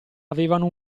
avevano